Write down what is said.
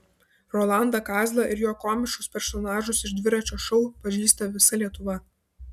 rolandą kazlą ir jo komiškus personažus iš dviračio šou pažįsta visa lietuva